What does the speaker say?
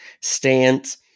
stance